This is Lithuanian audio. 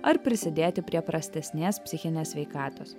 ar prisidėti prie prastesnės psichinės sveikatos